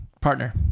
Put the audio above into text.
Partner